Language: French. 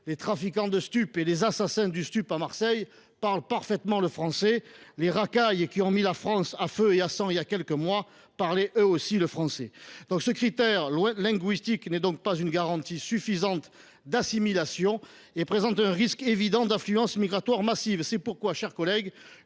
les trafiquants de stups, les assassins du stup, parlent parfaitement français ; les racailles qui ont mis la France à feu et à sang il y a quelques mois parlaient elles aussi le français. Ce critère linguistique n’est donc pas une garantie suffisante d’assimilation et présente un risque évident d’affluence migratoire massive. C’est pourquoi, mes chers collègues,